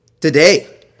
today